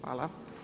Hvala.